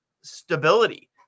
stability